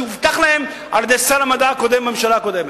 שהובטח להם על-ידי שר המדע הקודם בממשלה הקודמת.